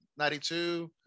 92